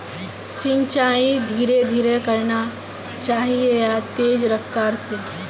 सिंचाई धीरे धीरे करना चही या तेज रफ्तार से?